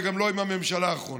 וגם לא עם הממשלה האחרונה,